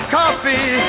coffee